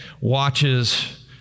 watches